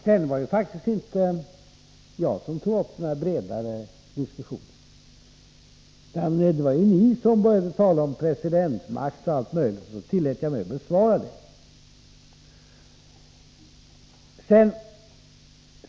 Vidare var det faktiskt inte jag som tog upp några bredare diskussioner, utan det var ni som började tala om presidentmakt och allt möjligt, och jag tillät mig att besvara det.